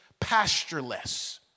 pastureless